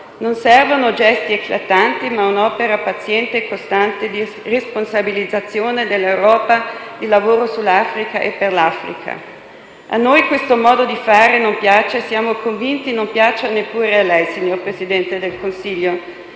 non gesti eclatanti, ma un'opera paziente e costante di responsabilizzazione dell'Europa e un lavoro sull'Africa e per l'Africa. A noi questo modo di fare non piace e siamo convinti non piaccia neppure a lei, signor Presidente del Consiglio,